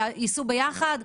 וייסעו ביחד.